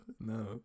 no